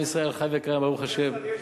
עם ישראל חי וקיים, ברוך השם.